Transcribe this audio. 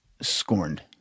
scorned